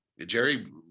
jerry